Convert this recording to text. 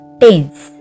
tense